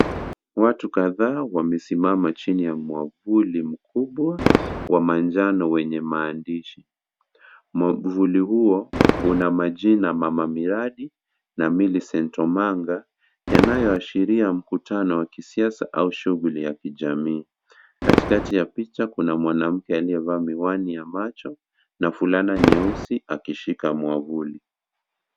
Watu kadhaa wamesimama chini ya mwavuli mkubwa wa manjano wenye maandishi. Mwavuli huo una majina mama miradi na Millicent Omanga yanayoashiria mkutano wa kisiasa au shughuli ya kijamii. Katikati ya picha kuna mwanamke aliyevaa miwani ya macho na fulana nyeusi akishika mwavuli.